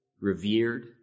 revered